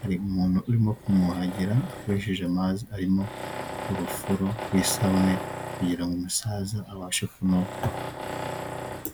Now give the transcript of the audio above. hari umuntu urimo kumwuhagira akoresheje amazi arimo urufuro rw'isabune kugira umusaza abashe kunoga.